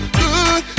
good